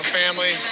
family